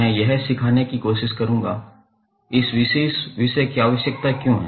मैं यह सिखाने की कोशिश करूंगा कि इस विशेष विषय की आवश्यकता क्यों है